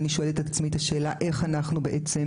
ואני שואלת את עצמי את השאלה איך אנחנו בעצם